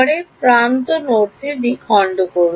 শিক্ষার্থী প্রান্তটি দ্বিখণ্ড করুন